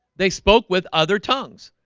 they spoke with other tongues.